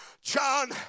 John